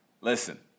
listen